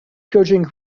coaching